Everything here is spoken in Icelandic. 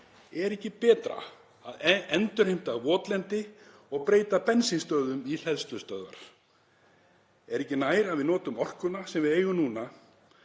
Er ekki betra að endurheimta votlendi og breyta bensínstöðvum í hleðslustöðvar? Er ekki nær að við notum orkuna sem við eigum núna